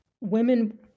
women